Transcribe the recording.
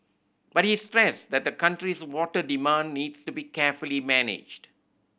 but he stressed that the country's water demand needs to be carefully managed